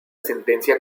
sentencia